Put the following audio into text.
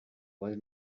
was